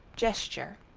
gesture.